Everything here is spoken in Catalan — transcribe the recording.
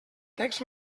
text